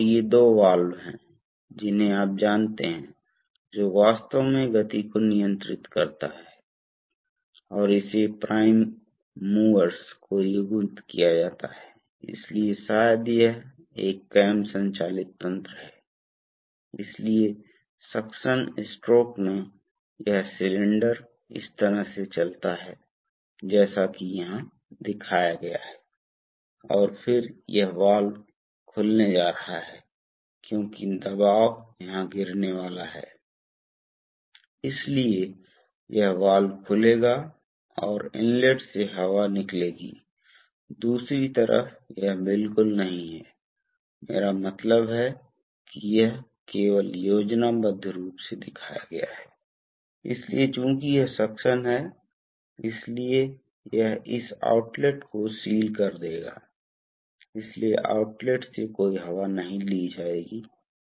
तो अब तो यह है आप जानते हैं कि यह एक विशिष्ट अनुप्रयोग सर्किट है हम क्या करने की कोशिश कर रहे हैं यह एक यह एक एकल एक्टिंग सिलेंडर है इसलिए आप देख सकते हैं कि यदि यह इस स्थिति में है तो सिलेंडर बंद है आप देख सकते हैं कि यह सिलेंडर है जोकि सिलेंडर बंद है सिलेंडर क्यों बंद है इस राहत वाल्व की वजह से सिलेंडर बंद है देखें कि यह चेक वाल्व है इस जगह से प्रवाह नहीं हो सकता इस स्थान पर यदि प्रवाह इस मार्ग से होता है तो एक निश्चित दबाव अंतर की आवश्यकता होती है इसलिए जब तक वजन नहीं होता है सिलेंडर अपने वजन से वापस नहीं आ सकता है क्योंकि द्रव इस कक्ष से बाहर नहीं जा सकता है